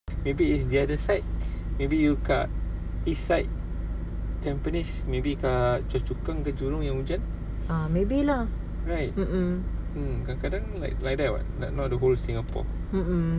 maybe it's the other side maybe you kat east side tampines maybe kat choa chu kang ke jurong yang hujan right mm kadang-kadang like like that [what] not the whole singapore